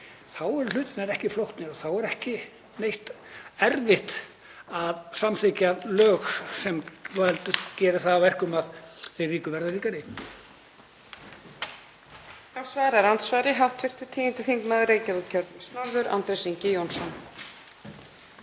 þá séu hlutirnir ekki flóknir og þá sé ekki neitt erfitt að samþykkja lög sem gera það að verkum að hinir ríku verða ríkari?